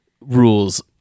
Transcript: rules